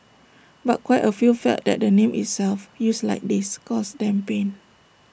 but quite A few felt that the name itself used like this caused them pain